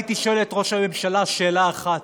הייתי שואל את ראש הממשלה שאלה אחת,